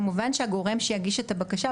כמובן שהגורם שהוא יגיש את הבקשה,